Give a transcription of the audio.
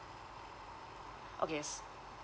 okay